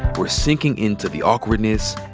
we're sinking into the awkwardness,